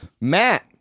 Matt